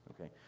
okay